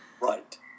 Right